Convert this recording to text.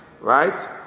right